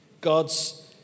God's